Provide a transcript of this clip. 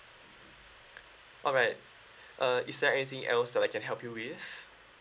alright uh is there anything else that I can help you with